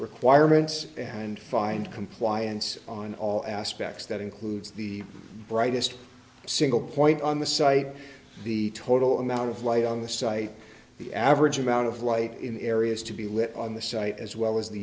requirements and find compliance on all aspects that includes the brightest single point on the site the total amount of light on the site the average amount of light in areas to be lit on the site as well as the